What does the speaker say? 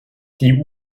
die